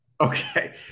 Okay